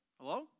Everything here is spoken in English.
Hello